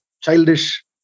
childish